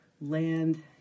land